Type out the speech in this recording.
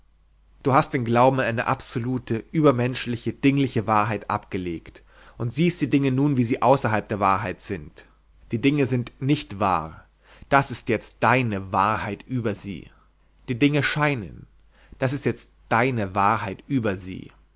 du hast den glauben an eine absolute übermenschliche dingliche wahrheit abgelegt und siehst die dinge nun wie sie außerhalb der wahrheit sind die dinge sind nicht wahr das ist jetzt deine wahrheit über sie die dinge scheinen das ist jetzt deine wahrheit über sie